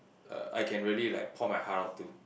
uh I can really like pour my heart out to